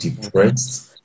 depressed